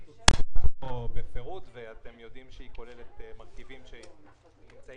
התוכנית הוצגה פה בפירוט ואתם יודעים שהיא כוללת מרכיבים שנמצאים